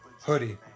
hoodie